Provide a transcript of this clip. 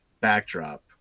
backdrop